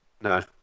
No